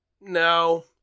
no